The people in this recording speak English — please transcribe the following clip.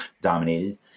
dominated